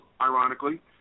ironically